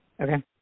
Okay